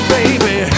baby